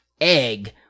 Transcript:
egg